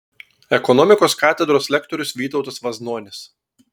ekonomikos katedros lektorius vytautas vaznonis